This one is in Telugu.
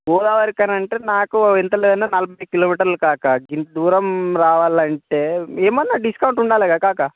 గోదావరి కని అంటే నాకు ఎంతలేదన్నా నలభై కిలోమీటర్లు కాకా ఇంత దూరం రావాలంటే ఏమన్నా డిస్కౌంట్ ఉండాలిగా కాకా